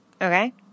Okay